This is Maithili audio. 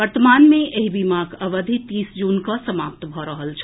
वर्तमान मे एहि बीमाक अवधि तीस जून कऽ समाप्त भऽ रहल छल